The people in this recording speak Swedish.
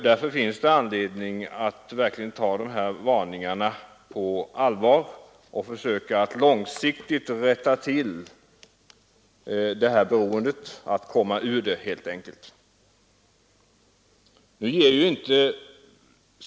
Därför finns det anledning att verkligen ta den s.k. oljekrisens varningar på allvar och långsiktigt försöka komma ur detta beroende.